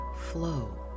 flow